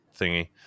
thingy